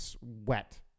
wet